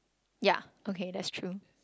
ya okay that's true